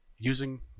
using